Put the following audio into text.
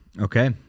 okay